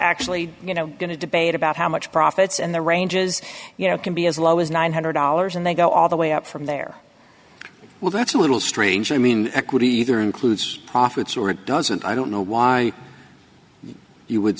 actually you know going to debate about how much profits and the ranges you know can be as low as nine hundred dollars and they go all the way up from there well that's a little strange i mean equity either includes profits or it doesn't i don't know why you would